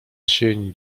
sień